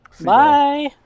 Bye